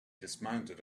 dismounted